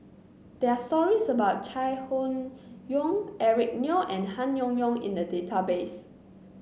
there are stories about Chai Hon Yoong Eric Neo and Han Yong Hong in the database